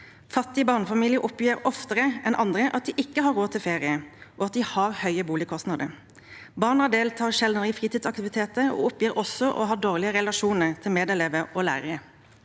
Fattige barnefamilier oppgir oftere enn andre at de ikke har råd til ferie, og at de har høye boligkostnader. Barna deltar sjeldnere i fritidsaktiviteter og oppgir også å ha dårlige relasjoner til medelever og lærere.